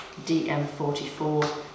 DM44